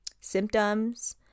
symptoms